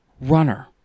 runner